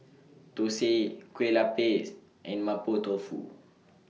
Thosai Kueh Lupis and Mapo Tofu